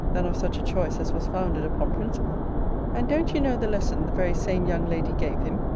than of such a choice as was founded upon principle and don't you know the lesson the very same young lady gave him,